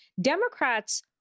Democrats